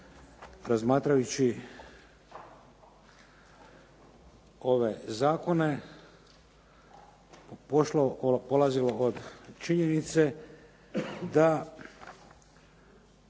razmatrajući ove zakone polazilo od činjenice da